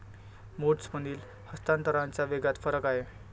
मोड्समधील हस्तांतरणाच्या वेगात फरक आहे